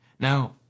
Now